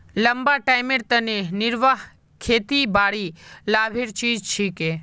लंबा टाइमेर तने निर्वाह खेतीबाड़ी लाभेर चीज छिके